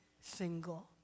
single